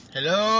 Hello